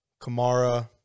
Kamara